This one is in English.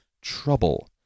trouble